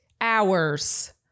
hours